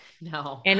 no